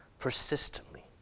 persistently